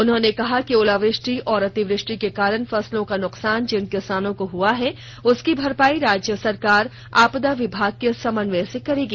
उन्होंने कहा कि ओलावृष्टि एवं अतिवृष्टि के कारण फसलों का नुकसान जिन किसानों का हुआ है उसकी भरपाई राज्य सरकार आपदा विभाग के समन्वय से करेगी